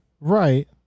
Right